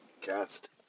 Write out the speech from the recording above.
Cast